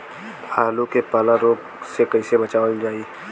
आलू के पाला रोग से कईसे बचावल जाई?